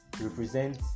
represent